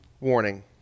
warning